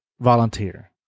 volunteer